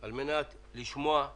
על מנת לשמוע,